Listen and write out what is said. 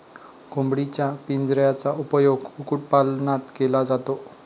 कोंबडीच्या पिंजऱ्याचा उपयोग कुक्कुटपालनात केला जातो